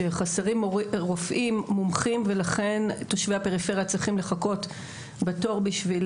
שחסרים רופאים מומחים ולכן תושבי הפריפריה צריכים לחכות בתור בשביל